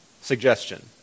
suggestion